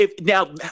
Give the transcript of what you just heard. Now